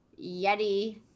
Yeti